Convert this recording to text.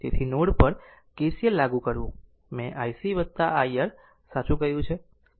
તેથી નોડ પર KCL લાગુ કરવું મેં ic ir 0 સાચું કહ્યું